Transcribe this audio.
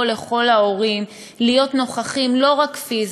לכל ההורים להיות נוכחים לא רק פיזית,